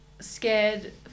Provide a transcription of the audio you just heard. scared